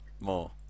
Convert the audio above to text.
more